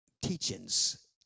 teachings